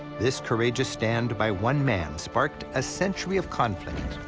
this courageous stand by one man sparked a century of conflict.